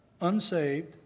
unsaved